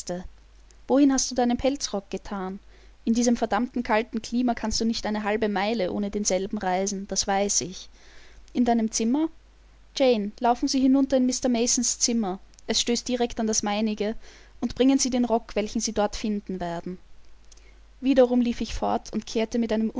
wohin hast du deinen pelzrock gethan in diesem verdammten kalten klima kannst du nicht eine halbe meile ohne denselben reisen das weiß ich in deinem zimmer jane laufen sie hinunter in mr masons zimmer es stößt direkt an das meinige und bringen sie den rock welchen sie dort finden werden wiederum lief ich fort und kehrte mit einem